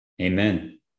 Amen